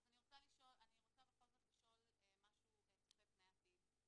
אז אני רוצה בכל זאת לשאול משהו צופה פני עתיד.